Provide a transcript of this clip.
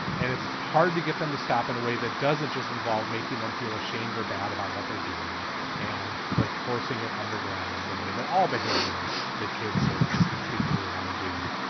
and it's hard to get them to stop in a way that doesn't just involve making them feel ashamed or bad about what they're doing and like forcing it underground the way that all behavior that kids sort of just instinctively want to do.